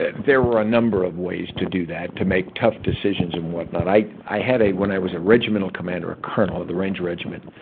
there were a number of ways to do that, to make tough decisions, and whatnot. i i had a when i was a regimental commander, a colonel of the ranger regiment,